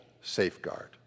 safeguard